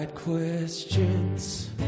questions